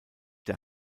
der